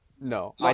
No